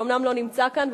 שאומנם לא נמצא כאן,